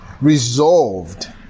resolved